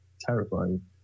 terrifying